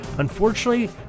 Unfortunately